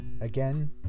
Again